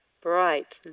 bright